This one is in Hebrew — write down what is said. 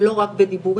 ולא רק בדיבורים,